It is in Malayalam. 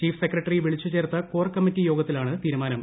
ചീഫ് സെക്രട്ടറി വിളിച്ചു ചേർത്ത കോർ കമ്മിറ്റി യോഗത്തിലാണ് തീരുമാനം